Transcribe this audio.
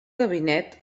gabinet